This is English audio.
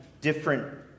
different